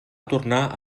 tornar